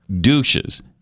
douches